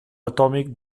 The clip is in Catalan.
atòmic